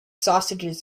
sausages